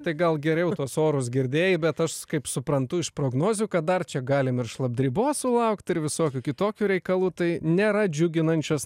tai gal geriau tuos orus girdėjai bet aš kaip suprantu iš prognozių kad dar čia galime ir šlapdribos sulaukti ir visokių kitokių reikalų tai nėra džiuginančios